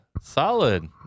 Solid